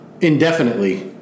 Indefinitely